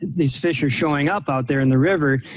these fish are showing up out there in the river.